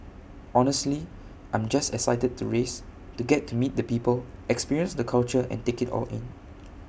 honestly I'm just excited to race to get to meet the people experience the culture and take IT all in